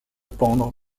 pendre